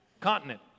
continent